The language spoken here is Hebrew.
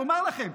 שיאמר לכם.